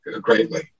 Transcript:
greatly